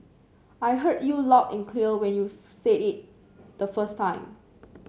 I heard you loud and clear when you said it the first time